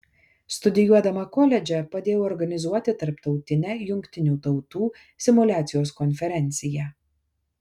studijuodama koledže padėjau organizuoti tarptautinę jungtinių tautų simuliacijos konferenciją